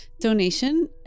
donation